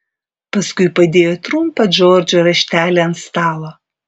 paskui padėjo trumpą džordžo raštelį ant stalo